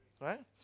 right